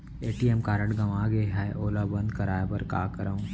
ATM card गंवा गे है ओला बंद कराये बर का करंव?